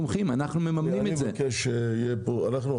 של הקהילה ואנחנו תומכים,